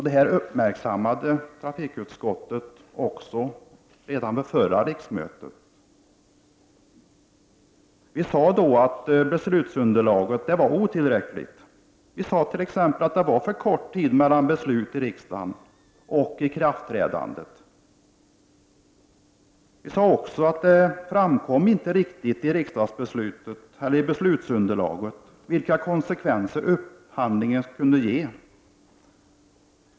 Detta uppmärksammade trafikutskottet redan vid behandlingen av dessa frågor under förra riksmötet. Det sades då bl.a. att beslutsunderlaget var otillräckligt, att det t.ex. var för kort tid mellan beslut i riksdagen och ikraftträdandet samt att det inte riktigt framkom i beslutsunderlaget vilka konsekvenser upphandlingen kunde ge.